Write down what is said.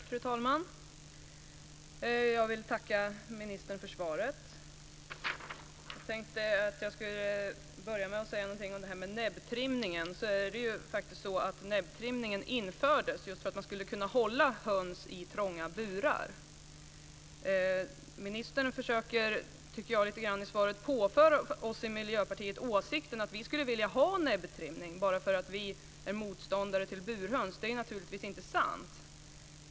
Fru talman! Jag vill tacka ministern för svaret. Jag tänkte att jag skulle börja med att säga någonting om näbbtrimningen. Näbbtrimningen infördes just för att man skulle kunna hålla höns i trånga burar. Jag tycker att ministern i svaret lite grann försöker påföra oss i Miljöpartiet åsikten att vi skulle vilja ha näbbtrimning bara därför att vi är motståndare till burhöns. Det är naturligtvis inte sant.